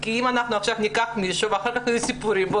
כי אם עכשיו ניקח מישהו ואחר כך יהיו סיפורים,